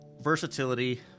versatility